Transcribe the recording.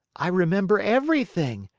i remember everything,